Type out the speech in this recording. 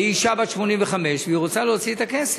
והיא אישה בת 85, והיא רוצה להוציא את הכסף.